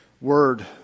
word